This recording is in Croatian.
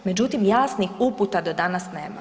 Međutim, jasnih uputa do danas nema.